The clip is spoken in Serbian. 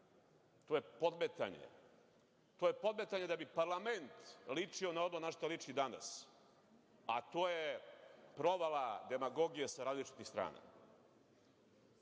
jaje. To je podmetanje da bi parlament ličio na ono na šta liči danas, a to je provala demagogije sa različitih strana. Šta